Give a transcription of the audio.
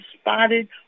spotted